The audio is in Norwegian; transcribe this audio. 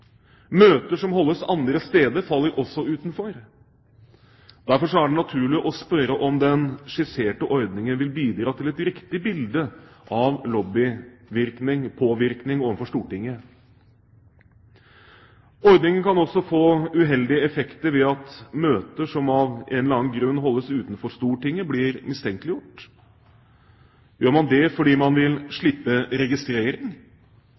Møter som holdes andre steder, faller også utenfor. Derfor er det naturlig å spørre om den skisserte ordningen vil bidra til et riktig bilde av lobbypåvirkning overfor Stortinget. Ordningen kan også få uheldige effekter ved at møter som av en eller annen grunn holdes utenfor Stortinget, blir mistenkeliggjort. Gjør man det fordi man vil slippe registrering?